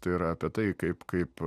tai yra apie tai kaip kaip